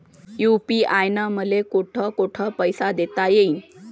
UPI न मले कोठ कोठ पैसे देता येईन?